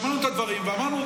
שמענו את הדברים ואמרנו,